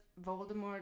Voldemort